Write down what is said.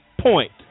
point